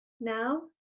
now